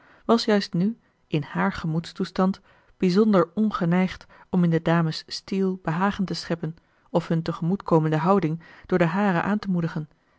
was juist nu in hààr gemoedstoestand bijzonder ongeneigd om in de dames steele behagen te scheppen of hun tegemoetkomende houding door de hare aan te moedigen